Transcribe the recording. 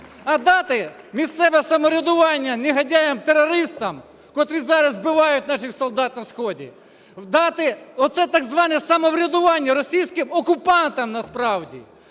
А дати місцеве самоврядування негодяям-терористам, котрі зараз вбивають наших солдат на сході, дати оце так зване самоврядування російським окупантам насправді.